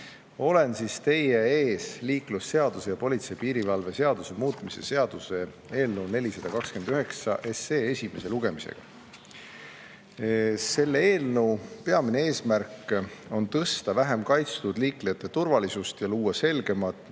Olen teie ees liiklusseaduse ning politsei- ja piirivalve seaduse muutmise seaduse eelnõu 429 esimesel lugemisel. Selle eelnõu peamine eesmärk on tõsta vähem kaitstud liiklejate turvalisust ning luua selgemad